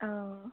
অঁ